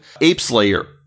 Apeslayer